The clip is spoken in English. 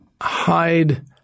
hide